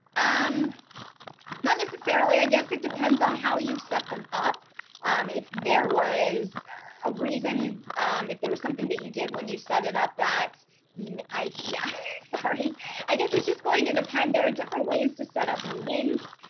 i'm not necessarily. i guess it depends on how you've set them up um if there was a reason if there was something that you did when you set it up that shari beck i yeah sorry i guess it's just going to depend. there are different ways to set up meetings.